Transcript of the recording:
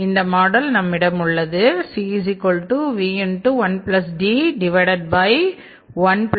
இந்த மாடல் நம்மிடம் உள்ளதுCV1D1TSKI